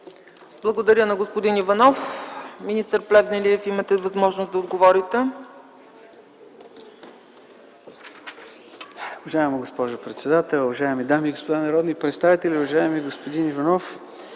Благодаря на господин Иванов. Министър Плевнелиев, имате възможност да отговорите.